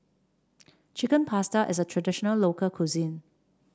Chicken Pasta is a traditional local cuisine